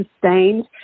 sustained